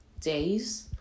Days